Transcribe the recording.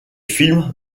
films